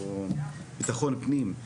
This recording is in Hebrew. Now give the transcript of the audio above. או לביטחון פנים,